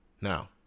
Now